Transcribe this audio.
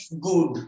good